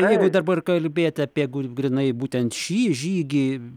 jeigu dabar kalbėt apie gu grynai būtent šį žygį